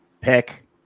pick